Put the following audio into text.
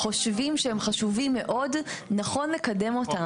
חושבים שהם חשובים מאוד, נכון לקדם אותם.